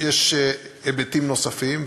יש היבטים נוספים.